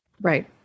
Right